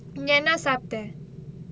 இங்க என்னா சாப்ட:inga enna saapta